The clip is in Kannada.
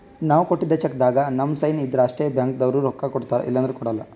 ನಾವ್ ಕೊಟ್ಟಿದ್ದ್ ಚೆಕ್ಕ್ದಾಗ್ ನಮ್ ಸೈನ್ ಇದ್ರ್ ಅಷ್ಟೇ ಬ್ಯಾಂಕ್ದವ್ರು ರೊಕ್ಕಾ ಕೊಡ್ತಾರ ಇಲ್ಲಂದ್ರ ಕೊಡಲ್ಲ